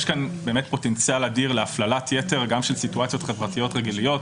יש כאן באמת פוטנציאל אדיר להפללת יתר גם של סיטואציות חברתיות רגילות,